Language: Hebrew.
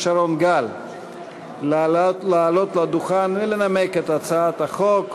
שרון גל לעלות לדוכן ולנמק את הצעת החוק.